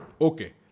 Okay